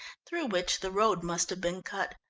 through which the road must have been cut.